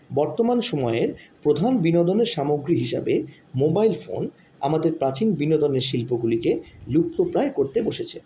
বর্তমান সময়ের প্রধান বিনোদনের সামগ্রী হিসাবে মোবাইল ফোন আমাদের প্রাচীন বিনোদনের শিল্পগুলিকে লুপ্তপ্রায় করতে বসেছে